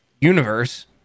universe